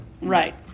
Right